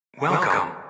welcome